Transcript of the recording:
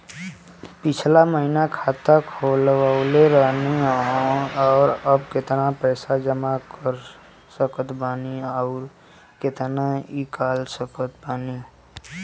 पिछला महीना खाता खोलवैले रहनी ह और अब केतना पैसा जमा कर सकत बानी आउर केतना इ कॉलसकत बानी?